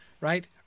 right